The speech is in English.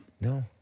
No